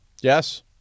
Yes